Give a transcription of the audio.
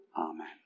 amen